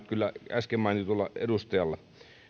äsken mainitulla edustajalla